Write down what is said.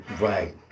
Right